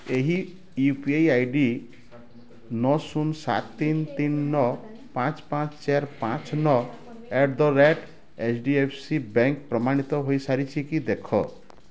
ଏହି U P I I D ନଅ ଶୂନ ସାତ ତିନି ତିନି ନଅ ପାଞ୍ଚ ପାଞ୍ଚ ଚାରି ପାଞ୍ଚ ନଅ at the rate H D F C bank ପ୍ରମାଣିତ ହୋଇସାରିଛି କି ଦେଖ